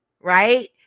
right